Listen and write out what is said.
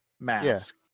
mask